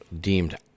deemed